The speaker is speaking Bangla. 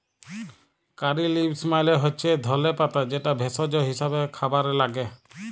কারী লিভস মালে হচ্যে ধলে পাতা যেটা ভেষজ হিসেবে খাবারে লাগ্যে